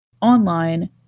online